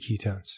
ketones